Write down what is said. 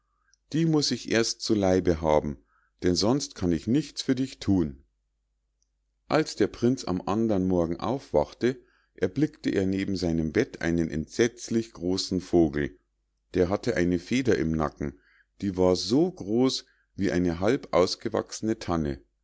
die muß ich erst zu leibe haben denn sonst kann ich nichts für dich thun als der prinz am andern morgen aufwachte erblickte er neben seinem bett einen entsetzlich großen vogel der hatte eine feder im nacken die war so groß wie eine halb ausgewachsene tanne